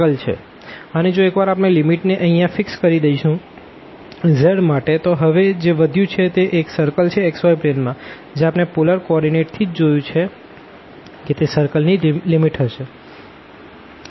તો જો એકવાર આપણે લીમીટ ને અહિયાં ફિક્ષ કરી દઈશું z માટે તો હવે જે વધ્યું છે તે એક સર્કલ છે xy પ્લેન માં જે આપણે પોલર કો ઓર્ડીનેટ થી જ જોયું છે કે તે સર્કલ ની લીમીટ હશે